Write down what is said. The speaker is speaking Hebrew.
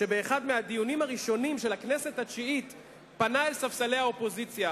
שבאחד הדיונים הראשונים של הכנסת התשיעית פנה אל ספסלי האופוזיציה